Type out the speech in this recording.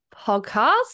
podcast